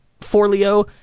Forleo